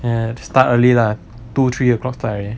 ya have to start early lah two three o'clock start already